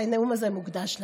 והנאום הזה מוקדש לה.